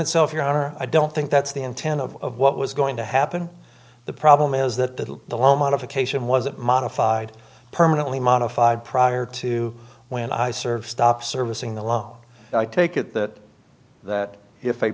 itself your honor i don't think that's the intent of what was going to happen the problem is that the loan modification wasn't modified permanently modified prior to when i serve stop servicing the law i take it that that if a